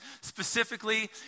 specifically